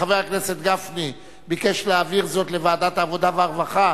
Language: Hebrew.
חבר הכנסת גפני ביקש להעביר זאת לוועדת העבודה והרווחה.